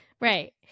Right